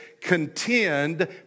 contend